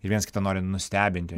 ir viens kitą nori nustebinti